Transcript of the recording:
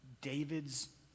david's